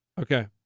Okay